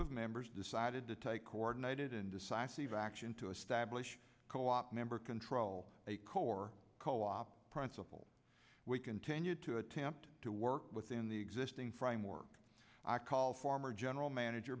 of members decided to take coordinated and decisive action to establish co op member control a core co op principle we continue to attempt to work within the existing framework i call former general manager